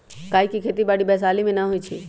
काइ के खेति बाड़ी वैशाली में नऽ होइ छइ